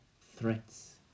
threats